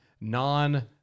non